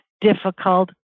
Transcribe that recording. difficult